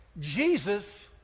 Jesus